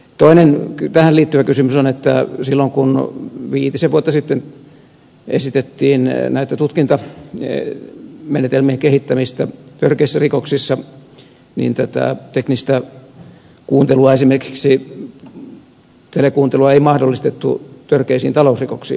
toinen tähän liittyvä kysymys on että silloin kun viitisen vuotta sitten esitettiin tutkintamenetelmien kehittämistä törkeissä rikoksissa tätä teknistä kuuntelua esimerkiksi telekuuntelua ei mahdollistettu törkeisiin talousrikoksiin